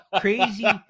crazy